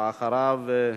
ואחריו,